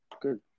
Good